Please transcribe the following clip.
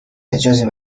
اجازه